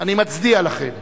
אני מצדיע לכם,